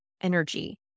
energy